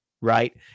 right